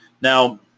Now